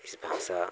इस भाषा